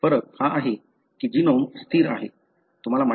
फरक हा आहे की जीनोम स्थिर आहे